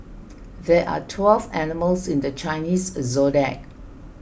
there are twelve animals in the Chinese zodiac